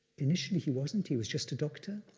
initially he wasn't, he was just a doctor,